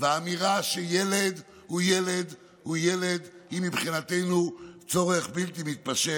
והאמירה שילד הוא ילד הוא ילד הן מבחינתנו צורך בלתי מתפשר,